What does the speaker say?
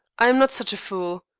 i am not such a fool.